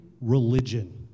religion